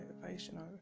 motivation